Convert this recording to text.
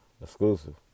exclusive